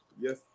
Yes